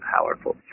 powerful